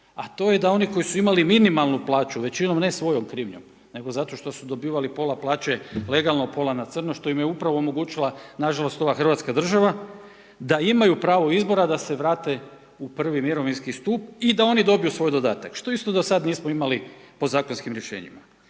a to je da oni koji su imali minimalnu plaću većinom ne svojom krivnjom nego zato što su dobivali pola plaće legalno a pola na crno što im je upravo omogućila nažalost ova Hrvatska država da imaju pravo izbora, da se vrate u prvi mirovinski stup i da oni dobiju svoj dodatak, što isto do sada nismo imali po zakonskim rješenjima.